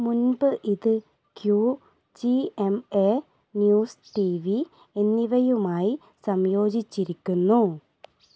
മുൻപ് ഇത് Q G M A news T V എന്നിവയുമായി സംയോജിച്ചിരിക്കുന്നു